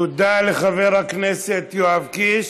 תודה לחבר הכנסת יואב קיש.